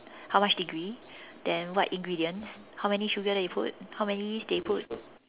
how much degree then what ingredients how many sugar that you put how many yeast they put